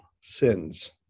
sins